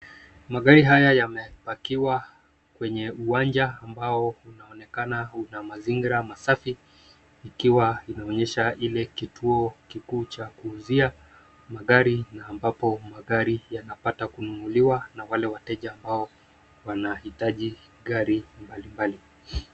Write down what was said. Magari haya yamepakiwa kwenye uwanja ambao unaonekana una mazingira masafi ikiwa inaonyesha ile kituo kikuu cha kuuzia magari na ambapo magari yanapata kununuliwa na wale wateja ambao wanahitaji gari mbalimbali.